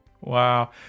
Wow